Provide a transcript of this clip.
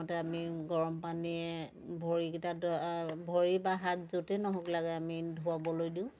প্ৰথমতে আমি গৰম পানীৰে ভৰিকেইটা ধু ভৰি বা হাত য'তেই নহওক লাগে ধুৱাবলৈ দিওঁ